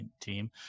team